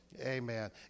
Amen